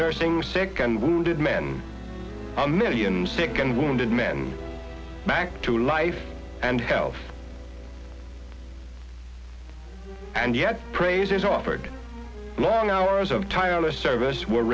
nursing second wounded men are millions sick and wounded men back to life and health and yet praises offered long hours of tireless service were